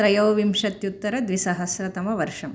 त्रयोविंशत्युत्तर द्विसहस्रतमवर्षः